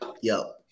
Yo